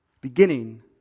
Beginning